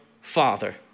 father